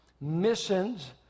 Missions